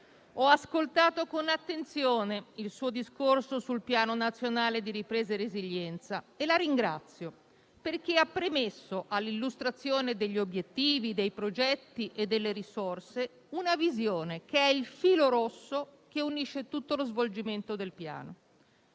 ho ascoltato con attenzione il suo discorso sul Piano nazionale di ripresa e resilienza e la ringrazio, perché ha premesso all'illustrazione degli obiettivi, dei progetti e delle risorse una visione, che è il filo rosso che unisce tutto lo svolgimento del Piano.